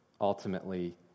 ultimately